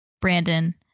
Brandon